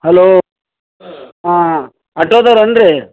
hello ಹಾಂ ಆಟೋದೋರೇನು ರೀ